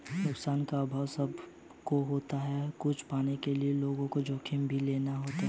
नुकसान का अभाव सब को होता पर कुछ पाने के लिए लोग वो जोखिम भी ले लेते है